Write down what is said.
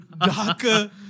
darker